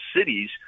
cities